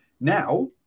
now